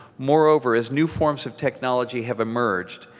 moreover, as new forms of technology have emerged,